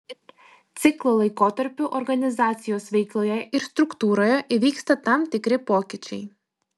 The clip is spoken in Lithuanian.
ciklo laikotarpiu organizacijos veikloje ir struktūroje įvyksta tam tikri pokyčiai